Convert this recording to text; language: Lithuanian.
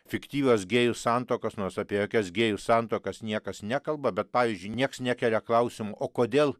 fiktyvias gėjų santuokas nors apie jokias gėjų santuokas niekas nekalba bet pavyzdžiui nieks nekelia klausimų o kodėl